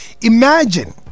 Imagine